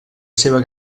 seva